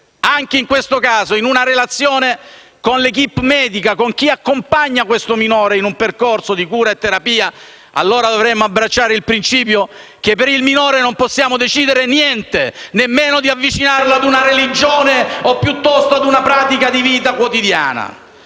anche in questo caso, in una relazione con l'*equipe* medica e con chi accompagna il minore in un percorso di cura e terapia, allora dovremmo abbracciare il principio che per il minore non possiamo decidere nemmeno di avvicinarlo ad una religione o ad una pratica di vita quotidiana.